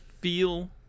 feel